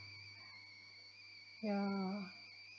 ya